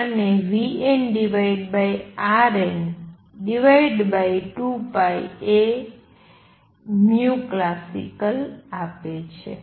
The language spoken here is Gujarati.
અને vnrn2π એ classical આપે છે